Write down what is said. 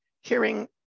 hearing